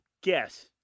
guess